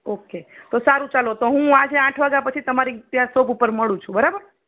okay સારું ચાલો હું આજે આઠ વાગા પછી તમારી ત્યાં શોપ ઉપર મળું છું બરાબર